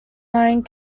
nine